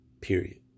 Period